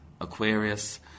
Aquarius